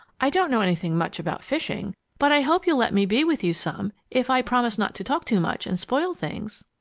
i don't know anything much about fishing, but i hope you'll let me be with you some, if i promise not to talk too much and spoil things!